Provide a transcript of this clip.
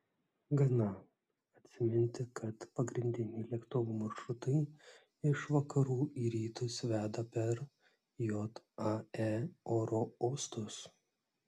gana atsiminti kad pagrindiniai lėktuvų maršrutai iš vakarų į rytus veda per jae oro uostus